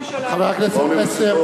מה עם ההבטחה שלך